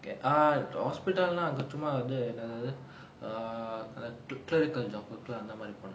ah eh hospital அங்க சும்மா அது என்னது அது:anga chumma athu ennathu athu err clerical job இருக்குல அந்தமாரி போன:irukkula anthamaari pona